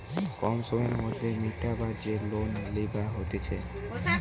কম সময়ের মধ্যে মিটাবার যে লোন লিবা হতিছে